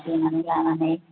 देनानै लानानै